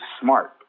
smart